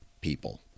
people